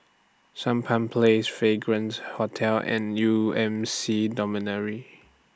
Sampan Place Fragrance Hotel and U M C Dormitory